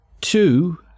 two